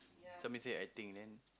somebody say I think then